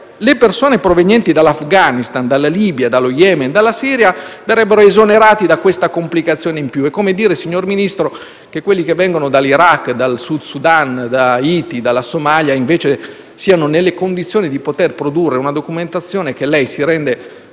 Le persone cioè provenienti dall'Afghanistan, dalla Libia, dallo Yemen e dalla Siria, verrebbero esonerate da questa complicazione in più. È come dire, signor Ministro, che quelli che vengono dall'Iraq, dal Sud Sudan, da Haiti e dalla Somalia siano invece nelle condizioni di poter produrre una documentazione che, come lei si rende